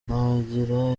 nabagira